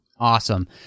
awesome